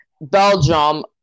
Belgium